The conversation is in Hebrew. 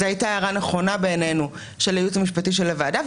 זו הייתה הערה נכונה בעינינו של הייעוץ המשפטי לוועדה.